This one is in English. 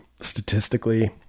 Statistically